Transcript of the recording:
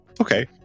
Okay